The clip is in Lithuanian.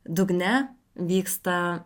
dugne vyksta